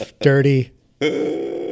dirty